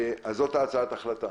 אז זו הצעת ההחלטה.